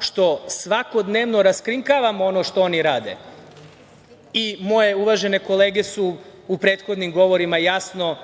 što svakodnevno raskrinkavamo ono što oni rade. Moje uvažene kolege su u prethodnim govorima jasno